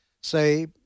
say